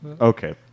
Okay